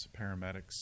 paramedics